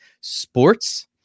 sports